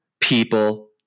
people